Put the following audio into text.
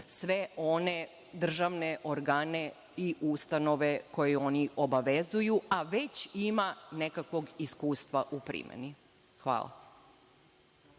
sve one državne organe i ustanove koju oni obavezuju, a već ima nekakvog iskustva u primeni. Hvala.